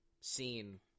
scene